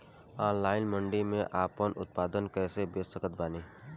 Online मंडी मे आपन उत्पादन कैसे बेच सकत बानी?